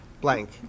Blank